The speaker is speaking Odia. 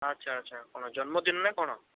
ଆଚ୍ଛା ଆଚ୍ଛା କ'ଣ ଜନ୍ମଦିନ ନା କ'ଣ